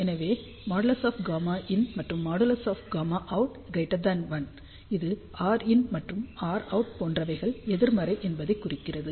எனவே |Γin| மற்றும் |Γout| 1 இது Rin மற்றும் Rout போன்றவைகள் எதிர்மறை என்பதைக் குறிக்கிறது